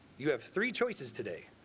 you have three choices today.